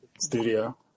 studio